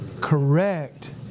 Correct